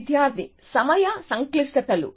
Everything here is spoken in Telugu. విద్యార్థి సమయ సంక్లిష్టతలు